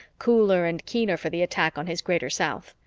cooler and keener for the attack on his greater south.